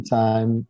time